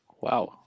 wow